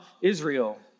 Israel